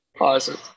Awesome